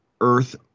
earth